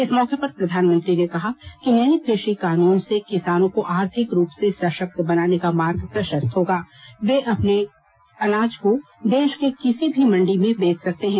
इस मौके पर प्रधानमंत्री ने कहा कि नये कृषि कानून से किसानों को आर्थिक रूप से सशक्त बनाने का मार्ग प्रशस्त होगा वे अपने अनाज को देश के किसी मंडी में बेच सकते हैं